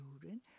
children